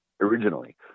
Originally